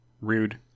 Rude